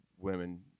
women